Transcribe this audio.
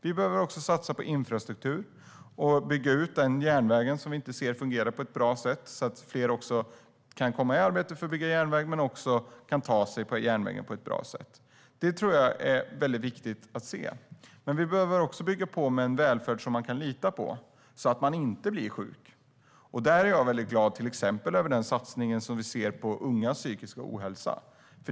Vi behöver också satsa på infrastruktur och bygga ut den järnväg som inte fungerar på ett bra sätt, så att fler kan komma i arbete med att bygga järnväg och så att fler kan använda sig av järnvägen. Det är väldigt viktigt. Vi behöver bygga upp en välfärd som man kan lita på så att man inte blir sjuk. Där är jag glad över den satsning som vi ser på ungas psykiska ohälsa.